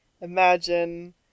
imagine